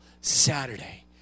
Saturday